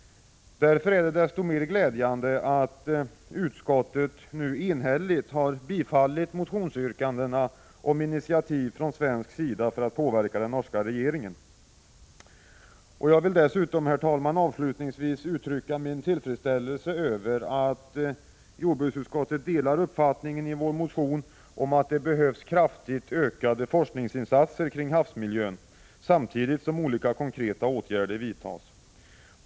Därför är det desto mer glädjande att utskottet enhälligt har tillstyrkt motionsyrkandena om initiativ från svensk sida för att påverka den norska regeringen. Jag vill, herr talman, avslutningsvis uttrycka min tillfredsställelse över att jordbruksutskottet delar uppfattningen i vår motion att det behövs kraftigt ökade forskningsinsatser kring havsmiljön, samtidigt som olika konkreta åtgärder vidtas.